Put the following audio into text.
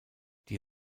die